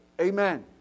amen